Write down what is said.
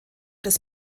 des